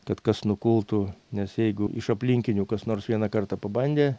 kad kas nukultų nes jeigu iš aplinkinių kas nors vieną kartą pabandė